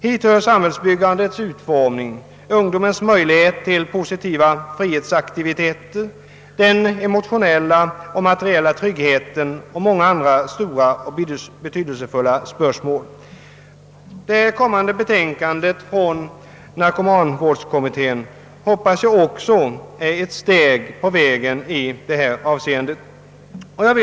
Hit hör samhällsbyggandets utformning, ungdomens möjlighet till positiva fritidsaktiviteter, den emotionella och materiella tryggheten och många andra stora och betydelsefulla spörsmål. Jag hoppas att det kommande betänkandet från narkomanvårdskommittén är ett steg på vägen i detta avseende. Herr talman!